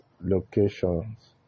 locations